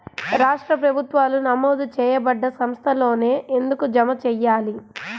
రాష్ట్ర ప్రభుత్వాలు నమోదు చేయబడ్డ సంస్థలలోనే ఎందుకు జమ చెయ్యాలి?